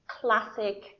classic